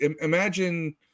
imagine